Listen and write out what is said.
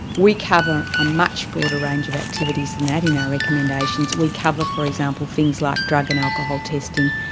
we cover a much broader range of activities than that in our recommendations, we cover for example things like drug and alcohol testing,